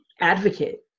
advocate